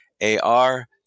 A-R-